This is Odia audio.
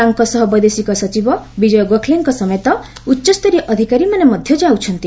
ତାଙ୍କ ସହ ବୈଦେଶିକ ସଚିବ ବିଜୟ ଗୋଖଲେଙ୍କ ସମେତ ଉଚ୍ଚସ୍ତରୀୟ ଅଧିକାରୀମାନେ ମଧ୍ୟ ଯାଉଛନ୍ତି